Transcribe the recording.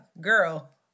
girl